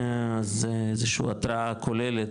אז זה איזושהי התראה כוללת,